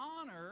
honor